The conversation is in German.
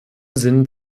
sind